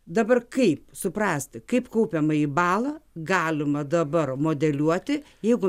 dabar kaip suprasti kaip kaupiamąjį balą galima dabar modeliuoti jeigu